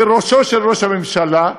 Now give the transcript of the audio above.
בראשו של ראש הממשלה,